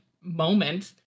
moment